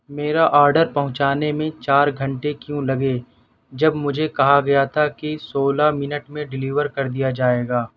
میرا آرڈر پہنچانے میں چار گھنٹے کیوں لگے جب مجھے کہا گیا تھا کہ سولہ منٹ میں ڈیلیور کر دیا جائے گا